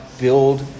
build